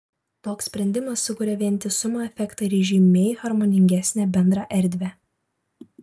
toks sprendimas sukuria vientisumo efektą ir žymiai harmoningesnę bendrą erdvę